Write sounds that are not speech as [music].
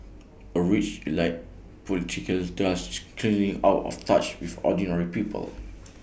A rich elite political [unintelligible] increasingly out of touch with ordinary people